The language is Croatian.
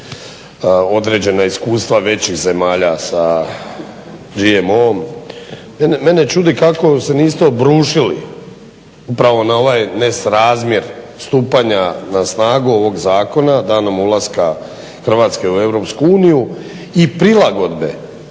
odrečena iskustva većih zemalja sa GMO-om mene čudi kako se niste obrušili upravo na ovaj nesrazmjer stupanja na snagu ovog zakona danom ulaska Hrvatske u EU i prilagodbe,